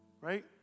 Right